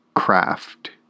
craft